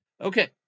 Okay